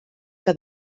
que